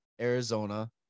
Arizona